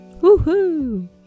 Woohoo